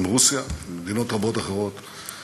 עם רוסיה ומדינות רבות אחרות,